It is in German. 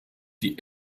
die